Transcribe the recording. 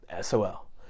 SOL